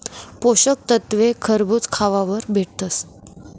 पोषक तत्वे खरबूज खावावर भेटतस